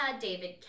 david